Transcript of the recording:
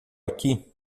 aqui